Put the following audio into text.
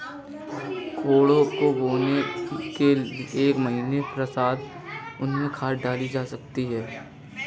कोदो को बोने के एक महीने पश्चात उसमें खाद डाली जा सकती है